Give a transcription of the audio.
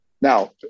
Now